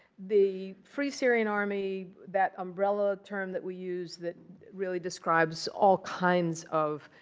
the free syrian army, that umbrella term that we use that really describes all kinds of